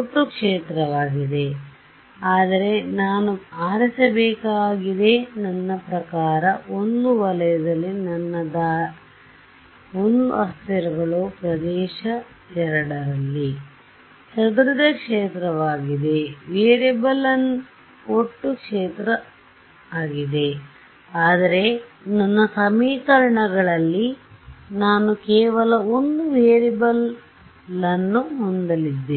ಒಟ್ಟು ಕ್ಷೇತ್ರವಾಗಿದೆ ಆದರೆ ನಾನು ಆರಿಸಬೇಕಾಗಿದೆ ನನ್ನ ಪ್ರಕಾರ I ವಲಯದಲ್ಲಿ ನನ್ನ ದಾರಿ I ಅಸ್ಥಿರಗಳು ಪ್ರದೇಶ II ರಲ್ಲಿ ಚದುರಿದ ಕ್ಷೇತ್ರವಾಗಿದೆ ವೇರಿಯಬಲ್ ಒಟ್ಟು ಕ್ಷೇತ್ರ ಸರಿ ಆದರೆ ನನ್ನ ಸಮೀಕರಣಗಳಲ್ಲಿ ನಾನು ಕೇವಲ ಒಂದು ವೇರಿಯಬಲ್ ಬಲವನ್ನು ಹೊಂದಲಿದ್ದೇನೆ